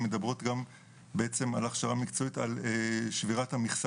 שמדברות גם על ההכשרה המקצועית וגם על שבירת המכסה.